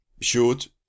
shoot